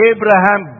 Abraham